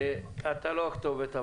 אתה לא הכתובת,